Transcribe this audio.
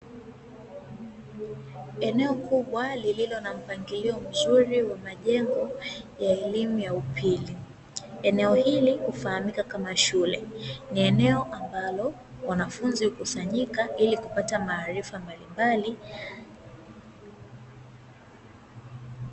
Eneo kubwa lililo na mpangilio mzuri wa majengo ya elimu ya upili. Eneo hili ufahamika kama shule, ni eneo ambalo wanafunzi hukusanyika ili kupata maarifa mbalimbali.